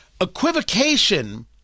equivocation